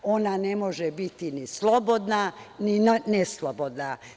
Ona ne može biti ni slobodna, ni neslobodna.